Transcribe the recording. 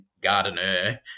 gardener